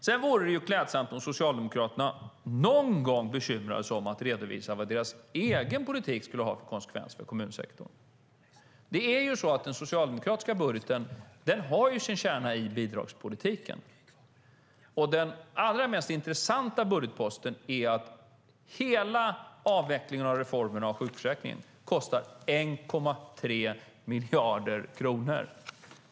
Sedan vore det klädsamt om Socialdemokraterna någon gång bekymrade sig om att redovisa vad deras egen politik skulle få för konsekvens för kommunsektorn. Den socialdemokratiska budgeten har ju sin kärna i bidragspolitiken, och den allra mest intressanta budgetposten är att hela avvecklingen av reformerna av sjukförsäkringen kostar 1,3 miljarder kronor.